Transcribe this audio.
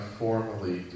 formally